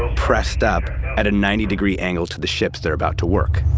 ah pressed up at a ninety degree angle to the ships they're about to work.